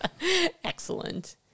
Excellent